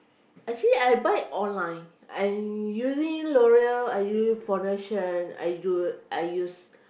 actually I buy online I using l'oreal I using foundation I use I use